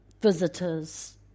Visitors